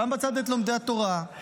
שם בצד את לומדי התורה,